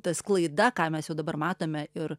ta sklaida ką mes jau dabar matome ir